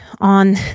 On